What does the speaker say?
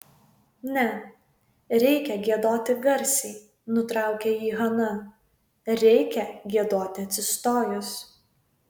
ne reikia giedoti garsiai nutraukė jį hana reikia giedoti atsistojus